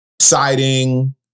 siding